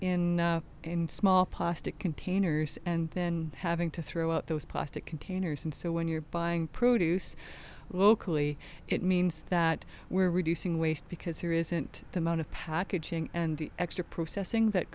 in a in and small pasta containers and then having to throw up those plastic containers and so when you're buying produce locally it means that we're reducing waste because there isn't the mount of packaging and the extra processing that